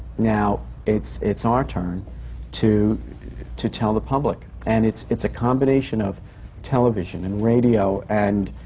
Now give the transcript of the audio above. now it's it's our turn to to tell the public. and it's it's a combination of television and radio and